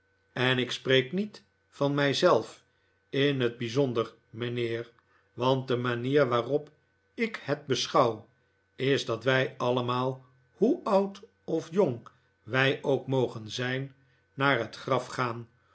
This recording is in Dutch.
en ik spreek niet van mij zelf in het bijzonder mijnheer want de manier waarop ik het beschouw is dat wij allemaal hoe oud of jong wij ook mogen zijn naar het graf gaan